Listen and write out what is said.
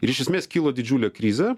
ir iš esmės kilo didžiulė krizė